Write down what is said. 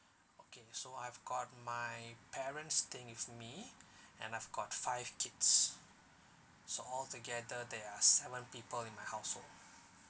okay so I've got my parents staying with me and I've got five kids so altogether there are seven people in my household